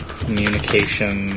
communication